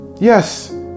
Yes